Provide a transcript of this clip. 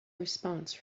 response